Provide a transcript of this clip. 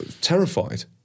Terrified